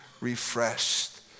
refreshed